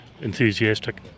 enthusiastic